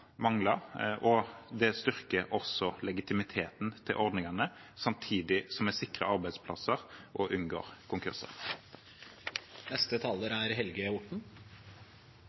Det styrker også legitimiteten til ordningene, samtidig som vi sikrer arbeidsplasser og unngår